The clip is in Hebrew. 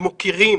ומוקירים